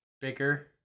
bigger